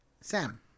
Sam